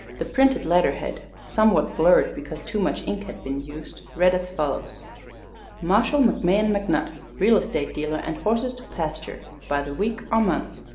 the printed letter-head, somewhat blurred, because too much ink had been used, read as follows marshall mcmahon mcnutt, real estate dealer and horses to pasture by the week or month.